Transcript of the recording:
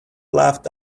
laughed